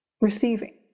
receiving